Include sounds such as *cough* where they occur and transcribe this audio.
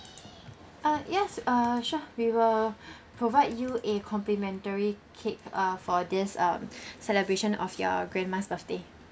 uh yes uh sure we will *breath* provide you a complimentary cake uh for this um *breath* celebration of your grandma's birthday